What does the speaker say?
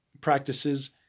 practices